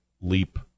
leap